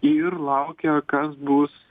ir laukia kas bus